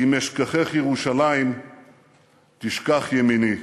אם אשכחך ירושלים תשכח ימיני.